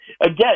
again